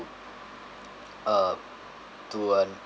um to an